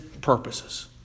purposes